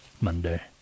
monday